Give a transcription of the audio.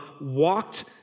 walked